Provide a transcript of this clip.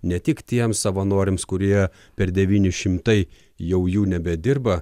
ne tik tiems savanoriams kurie per devyni šimtai jau jų nebedirba